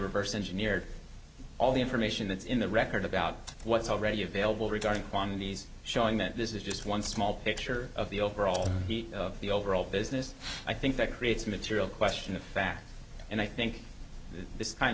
reverse engineered all the information that's in the record about what's already available regarding quantities showing that this is just one small picture of the overall of the overall business i think that creates material question of fact and i think this kind